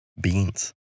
Beans